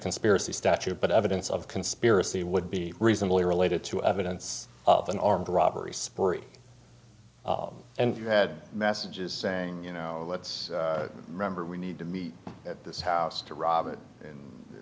conspiracy statute but evidence of conspiracy would be reasonably related to evidence of an armed robbery spree and you had messages saying you know let's remember we need to meet at this house to rob